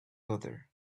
other